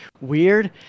weird